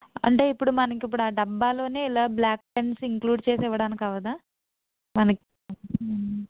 అంటే ఇప్పుడు మనకు ఇప్పుడు ఆ డబ్బాలో ఇలా బ్లాక్ పెన్స్ ఇంక్లూడ్ చేసి ఇవ్వడానికి అవ్వదా మనకు